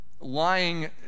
lying